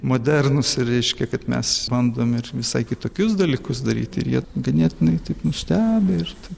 modernūs reiškia kad mes bandom ir visai kitokius dalykus daryti ir jie ganėtinai taip nustebę ir taip